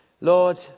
Lord